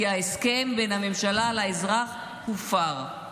כי ההסכם בין הממשלה לאזרח הופר.